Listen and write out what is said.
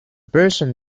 person